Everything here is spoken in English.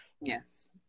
Yes